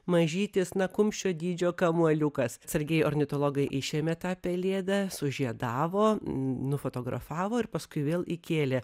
mažytis na kumščio dydžio kamuoliukas atsargiai ornitologai išėmė tą pelėdą sužiedavo nufotografavo ir paskui vėl įkėlė